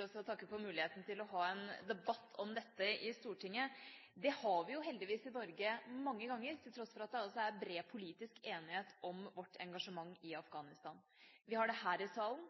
først få takke for muligheten for å ha en debatt om dette i Stortinget. Det har vi heldigvis mange ganger i Norge, til tross for at det er bred politisk enighet om vårt engasjement i Afghanistan. Vi har det her i salen,